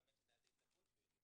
האמת היא שזה היה די צפוי שהוא יאמר את